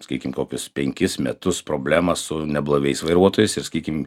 sakykim kokius penkis metus problemą su neblaiviais vairuotojais ir sakykim